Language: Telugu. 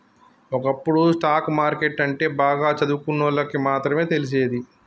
ఒకప్పుడు స్టాక్ మార్కెట్టు అంటే బాగా చదువుకున్నోళ్ళకి మాత్రమే తెలిసేది